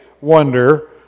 wonder